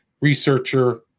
researcher